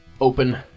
open